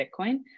Bitcoin